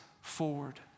forward